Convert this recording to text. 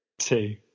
Two